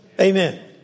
Amen